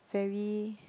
very